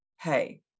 hey